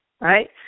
right